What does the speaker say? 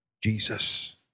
Jesus